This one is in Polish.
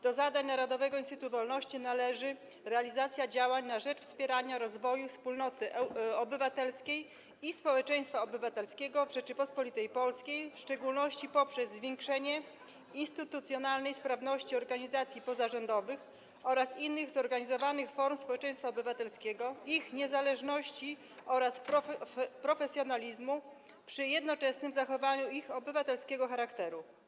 Do zadań Narodowego Instytutu Wolności należy realizacja działań na rzecz wspierania rozwoju wspólnoty obywatelskiej i społeczeństwa obywatelskiego w Rzeczypospolitej Polskiej, w szczególności poprzez zwiększanie instytucjonalnej sprawności organizacji pozarządowych oraz innych zorganizowanych form społeczeństwa obywatelskiego, ich niezależności oraz profesjonalizmu, przy jednoczesnym zachowaniu ich obywatelskiego charakteru.